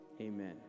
amen